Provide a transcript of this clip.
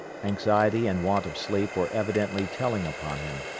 anxiety and want of sleep were evidently telling upon him.